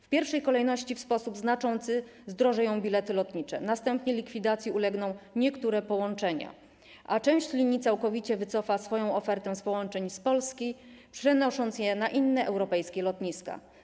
W pierwszej kolejności w sposób znaczący zdrożeją bilety lotnicze, następnie likwidacji ulegną niektóre połączenia, a część linii całkowicie wycofa swoją ofertę z połączeń z Polski, przenosząc je na inne europejskie lotniska.